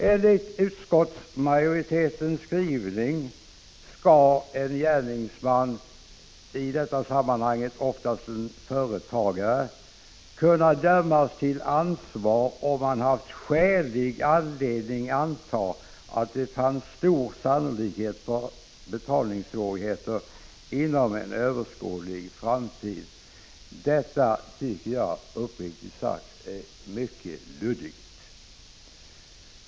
Enligt utskottsmajoritetens skrivning skall en gärningsman, i detta sammanhang oftast en företagare, kunna dömas till ansvar om det har funnits skälig anledning att anta att det fanns stor sannolikhet för betalningssvårigheter inom en överskådlig framtid. Detta tycker jag uppriktigt sagt är mycket luddigt.